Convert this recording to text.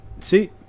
see